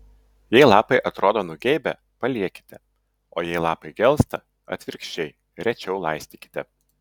jei lapai atrodo nugeibę paliekite o jei lapai gelsta atvirkščiai rečiau laistykite